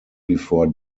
before